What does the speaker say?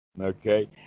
Okay